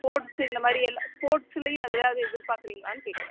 sports இந்தமாதிரி எல்லா ஸ்போர்ட்ஸ்லேயும் ஏதாவது எதிர்பார்க்குறீங்களான்னு கேக்கிறேன்